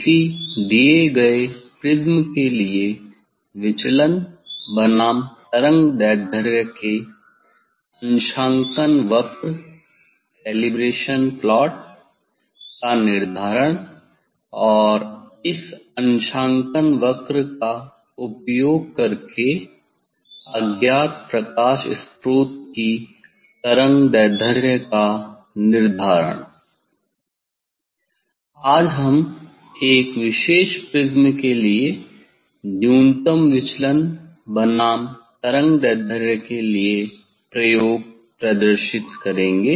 किसी दिए गए प्रिज्म के लिए विचलन बनाम तरंगदैर्घ्य के अंशांकन वक्र का निर्धारण और इस अंशांकन वक्र का उपयोग करके अज्ञात प्रकाश स्रोत की तरंगदैर्ध्य का निर्धारण आज हम एक विशेष प्रिज्म के लिए न्यूनतम विचलन बनाम तरंगदैर्घ्य के लिए प्रयोग प्रदर्शित करेंगे